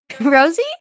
Rosie